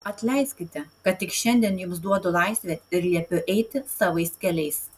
atleiskite kad tik šiandien jums duodu laisvę ir liepiu eiti savais keliais